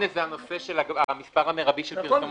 8 זה הנושא של המספר המרבי של פרסומות